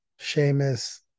Seamus